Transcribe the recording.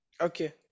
Okay